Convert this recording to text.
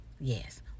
Yes